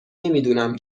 نمیدونم